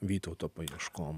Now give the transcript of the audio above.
vytauto paieškom